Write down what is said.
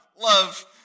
Love